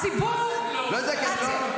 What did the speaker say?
-- בוא אני אתן לך breaking news.